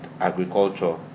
agriculture